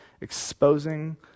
Exposing